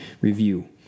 Review